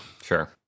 Sure